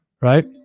right